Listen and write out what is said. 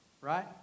Right